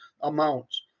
amounts